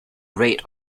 rate